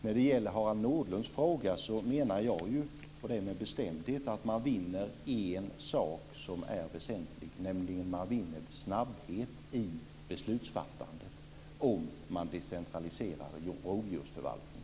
När det gäller Harald Nordlunds fråga menar jag, och det med bestämdhet, att man vinner en sak som är väsentlig, nämligen snabbhet i beslutsfattandet, om man decentraliserar rovdjursförvaltningen.